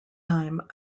time